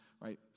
right